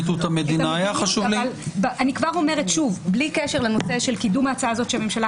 אבל אני חוזרת על כך שבלי קשר לקידום ההצעה הזאת שהממשלה